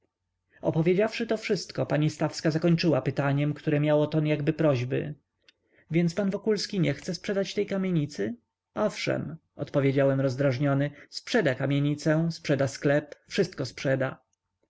została opowiedziawszy to wszystko pani stawska zakończyła pytaniem które miało ton jakby prośby więc pan wokulski nie chce sprzedać tej kamienicy owszem odpowiedziałem rozdraźniony sprzeda kamienicę sprzeda sklep wszystko sprzeda